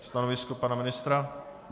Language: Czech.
Stanovisko pana ministra?